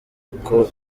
bubiko